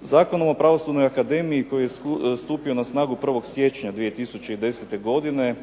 Zakonom o Pravosudnoj akademiji, koji je stupio na snagu 1. siječnja 2010. godine,